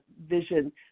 vision